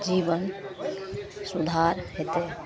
जीवन सुधार हेतै